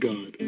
God